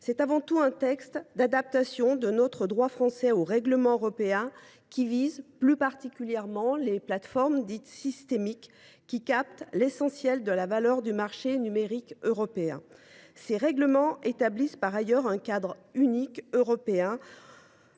C’est avant tout un texte d’adaptation de notre droit aux règlements européens qui visent particulièrement les plateformes dites « systémiques » captant l’essentiel de la valeur du marché numérique européen. Ces règlements établissent par ailleurs un cadre unique européen